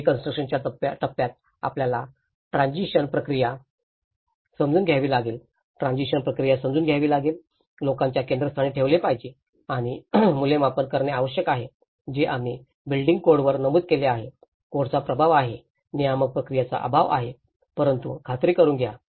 आणि रिकन्स्ट्रक्शनच्या टप्प्यात आपल्याला ट्रॅजिशन प्रक्रिया समजून घ्यावी लागेल ट्रॅजिशन प्रक्रिया समजून घ्यावी लागेल लोकांना केंद्रस्थानी ठेवले पाहिजे आणि मूल्यमापन करणे आवश्यक आहे जे आम्ही बिल्डिंग कोडवर नमूद केले आहेत कोडचा अभाव आहे नियामक प्रक्रियेचा अभाव आहे परंतु खात्री करुन घ्या